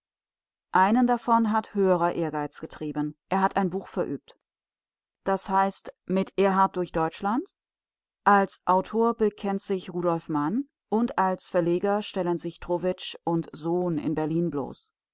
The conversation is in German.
einen davon hat höherer ehrgeiz getrieben er hat ein buch verübt das heißt mit ehrhardt durch deutschland als autor bekennt sich rudolf mann und als verleger stellen sich trowitzsch u sohn in berlin bloß